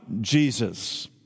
Jesus